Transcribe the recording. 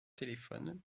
téléphone